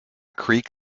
creek